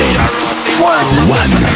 One